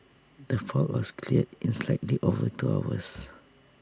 the fault was cleared in slightly over two hours